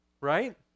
Right